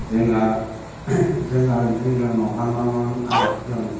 जोंहा जोंहा दैज्लाङावहाय मा मा आबाद खालामो